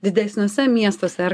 didesniuose miestuose ar